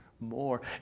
More